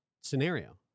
scenario